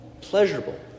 Pleasurable